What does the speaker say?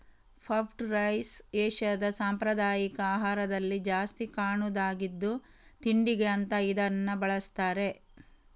puffed rice ಏಷ್ಯಾದ ಸಾಂಪ್ರದಾಯಿಕ ಆಹಾರದಲ್ಲಿ ಜಾಸ್ತಿ ಕಾಣುದಾಗಿದ್ದು ತಿಂಡಿಗೆ ಅಂತ ಇದನ್ನ ಬಳಸ್ತಾರೆ